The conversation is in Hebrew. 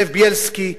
זאב בילסקי,